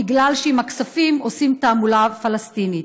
בגלל שעם הכספים עושים תעמולה פלסטינית.